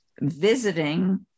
visiting